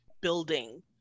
building